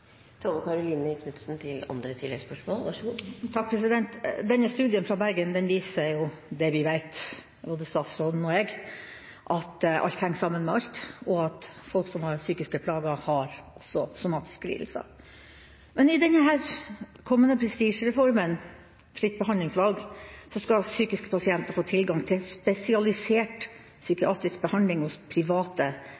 Studien fra Bergen viser det som både statsråden og jeg vet: at alt henger sammen med alt, og at folk som har psykiske plager, også har somatiske lidelser. Men i denne kommende prestisjereformen, fritt behandlingsvalg, skal psykiske pasienter få tilgang til spesialisert psykiatrisk behandling hos private